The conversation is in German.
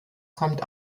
kommt